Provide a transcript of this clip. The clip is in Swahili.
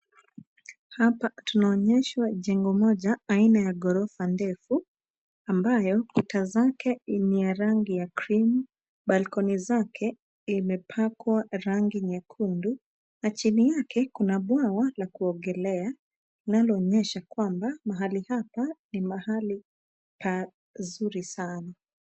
Hapa tunaonyeshwa jengo moja aina ya gorofa ndefu ambayo kuta zake ni ya rangi ya krimu. Balcony zake imepakwa rangi nyekundu na chini yake kuna bwawa la kuogelea; linaloonyesha kwamba mahali hapa ni mahali pazuri sana.